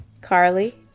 Carly